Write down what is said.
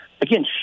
again